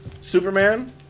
superman